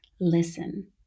listen